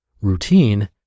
routine